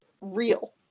real